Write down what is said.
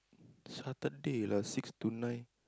Saturday lah six to nine